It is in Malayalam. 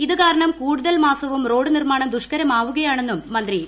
ഇത് കാരണം കൂടുതൽ മാസവും റോഡ് നിർമ്മാണം ദുഷ്കരമാവുകയാണെന്നും മന്ത്രി പറഞ്ഞു